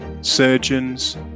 surgeons